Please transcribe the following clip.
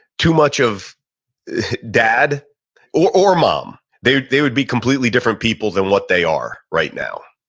too much of dad or or mom, they they would be completely different people than what they are right now.